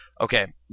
Okay